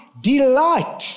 delight